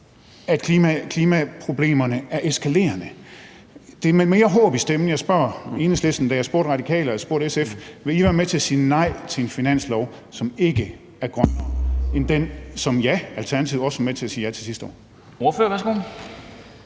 at klimaproblemerne er eskalerende. Det er med mere håb i stemmen, jeg spørger Enhedslisten, end da jeg spurgte Radikale og jeg spurgte SF: Vil I være med til at sige nej til en finanslov, som ikke er grønnere end den, som, ja, Alternativet også var med til at sige ja til sidste år?